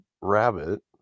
rabbit